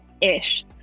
ish